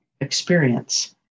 experience